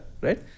right